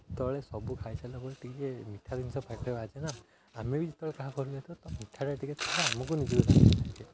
ଯେତେବେଳେ ସବୁ ଖାଇ ସାରିଲ ପରେ ଟିକିଏ ମିଠା ଜିନିଷ ପାଟିରେ ବାଜେ ନା ଆମେ ବି ଯେତେବେଳେ କାହା ଘରକୁ ଯାଇଥିବା ତ ମିଠାଟା ଟିକିଏ ଥିଲେ ଆମକୁ ନିଜେ